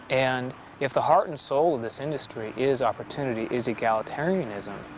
and if the heart and soul of this industry is opportunity, is egalitarianism,